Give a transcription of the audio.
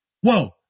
Whoa